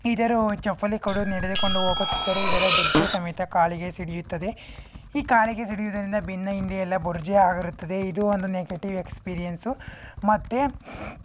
ಇದರ ಚಪ್ಪಲಿ ಕೊಡು ನಡೆದುಕೊಂಡು ಹೋಗುತ್ತಿದ್ದರೆ ಇದರ ಬೊರ್ಜೆ ಸಮೇತ ಕಾಲಿಗೆ ಸಿಡಿಯುತ್ತದೆ ಈ ಕಾಲಿಗೆ ಸಿಡಿಯುವುದರಿಂದ ಬೆನ್ನ ಹಿಂದೆ ಎಲ್ಲ ಬೊರ್ಜೆ ಆಗಿರುತ್ತದೆ ಇದು ಒಂದು ನೆಗೆಟೀವ್ ಎಕ್ಸ್ಪೀರಿಯನ್ಸು ಮತ್ತು